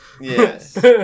Yes